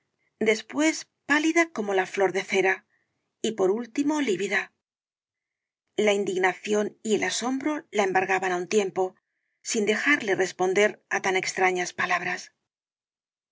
de castro como la flor de cera y por último lívida la indignación y el asombro la embargaban á un tiempo sin dejarle responder á tan extrañas palabras